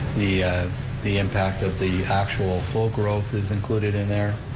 the the impact of the actual full growth is included in there,